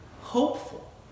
hopeful